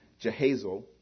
Jehazel